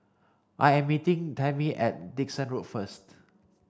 I am meeting Tammy at Dickson Road first